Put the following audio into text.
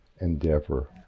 endeavor